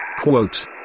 quote